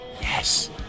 Yes